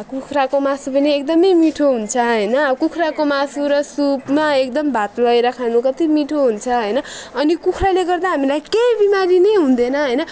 अब कुखुराको मासु पनि एकदमै मिठो हुन्छ होइन कुखुराको मासु र सुपमा एकदम भात लगाएर खानु कति मिठो हुन्छ होइन अनि कुखुराले गर्दा हामीलाई केही बिमारी नै हुँदैन होइन